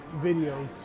videos